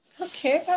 Okay